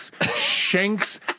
shanks